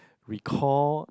recall